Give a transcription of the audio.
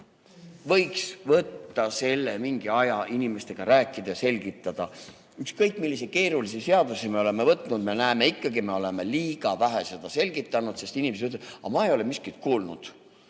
Võiks võtta mingi aja, inimestega rääkida ja selgitada. Ükskõik kui keerulisi seadusi me oleme ette võtnud, me näeme ikkagi, et me oleme liiga vähe selgitanud, sest inimesed ütlevad: aga ma ei ole miskit kuulnud!